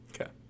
Okay